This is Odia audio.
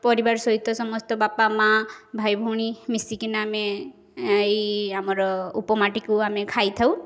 ପରିବାର ସହିତ ସମସ୍ତେ ବାପା ମାଁ ଭାଇ ଭଉଣୀ ମିଶିକିନା ଆମେ ଏଇ ଆମର ଉପମାଟି କୁ ଆମେ ଖାଇଥାଉ